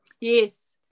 yes